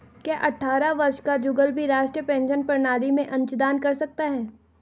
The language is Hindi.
क्या अट्ठारह वर्ष का जुगल भी राष्ट्रीय पेंशन प्रणाली में अंशदान कर सकता है?